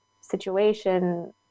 situation